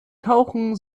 tauchen